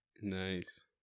Nice